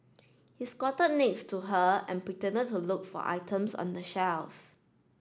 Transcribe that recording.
he squatted next to her and pretended to look for items on the shelves